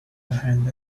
behind